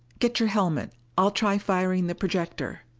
get your helmet i'll try firing the projector.